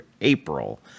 April